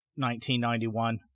1991